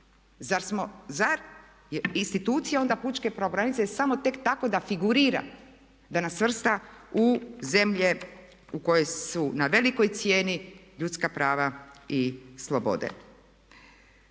Zar je institucija onda pučke pravobraniteljice samo tek tako da figurira, da nas svrsta u zemlje u kojima je na velikoj cijeni ljudska prava i slobode.